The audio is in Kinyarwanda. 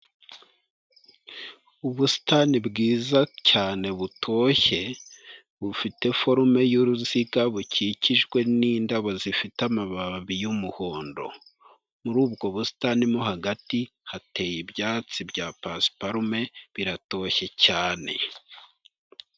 Ubusitani bwiza cyane butoshye, bufite forume y'uruzika bukikijwe n'indabo zifite amababi y'umuhondo, muri ubwo busitani mo hagati, hateye ibyatsi bya pasparme biratoshye cyane.